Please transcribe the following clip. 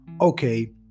okay